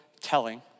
telling